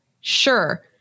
Sure